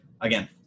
again